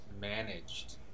managed